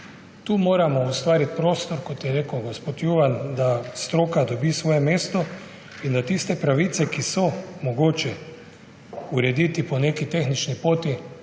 Tu moramo ustvariti prostor, kot je rekel gospod Juvan, da stroka dobi svoje mesto in da tiste pravice, ki jih je mogoče urediti po neki tehnični poti,